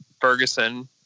Ferguson